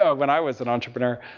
ah when i was an entrepreneur.